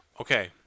Okay